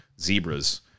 zebras